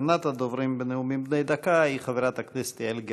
אחרונת הדוברים בנאומים בני דקה היא חברת הכנסת יעל גרמן.